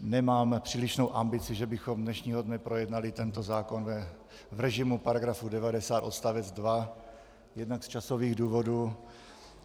Nemám přílišnou ambici, že bychom dnešního dne projednali tento zákon v režimu § 90 odst. 2, jednak z časových důvodů,